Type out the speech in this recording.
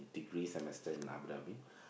degree semester in Abu-Dhabi